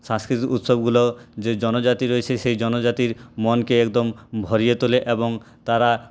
সাংস্কৃতিক উৎসবগুলো যে জনজাতি রয়েছে সেই জনজাতির মনকে একদম ভরিয়ে তোলে এবং তারা